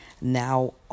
Now